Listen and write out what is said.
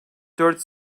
dört